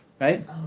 Right